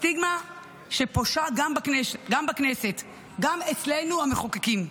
סטיגמה שפושה גם בכנסת, גם אצלנו, המחוקקים.